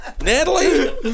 Natalie